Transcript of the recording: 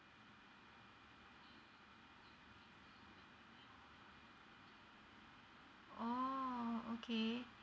oh okay